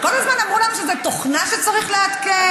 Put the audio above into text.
כל הזמן אמרו לנו שזו תוכנה שצריך לעדכן